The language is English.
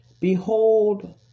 Behold